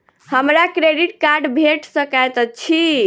हमरा credit card भेट सकैत अछि?